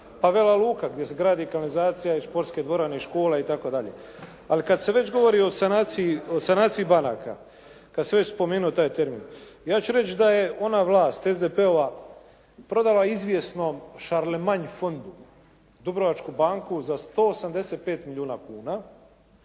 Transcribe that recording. Pa Vela Luka gdje se gradi kanalizacija i športske dvorane i škola itd. Ali kad se već govori o sanaciji banaka, kad sam već spomenuo taj termin ja ću reći da je ona vlast SDP-ova prodala izvjesnom …/Govornik se ne razumije./… fondu Dubrovačku banku za 185 milijuna kuna.